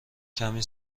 کمی